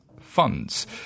funds